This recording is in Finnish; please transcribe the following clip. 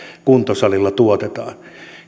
kuntosalilla tuotetaan